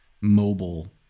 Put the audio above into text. mobile